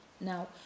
Now